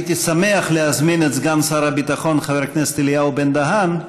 הייתי שמח להזמין את סגן שר הביטחון חבר הכנסת אליהו בן-דהן,